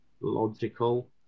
logical